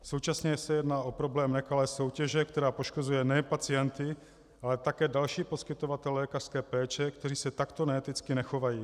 Současně se jedná o problém nekalé soutěže, která poškozuje nejen pacienty, ale také další poskytovatele lékařské péče, kteří se takto neeticky nechovají.